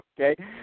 Okay